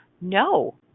no